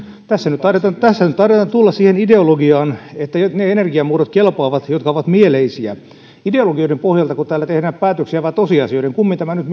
tässä nyt taidetaan tulla siihen ideologiaan että ne energiamuodot kelpaavat jotka ovat mieleisiä ideologioiden pohjaltako täällä tehdään päätöksiä vai tosiasioiden kummin tämä nyt